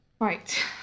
Right